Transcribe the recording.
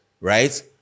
right